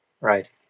right